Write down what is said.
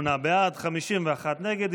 38 בעד, 51 נגד.